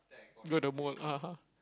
you got a mole (uh huh)